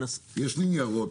יש לי ניירות.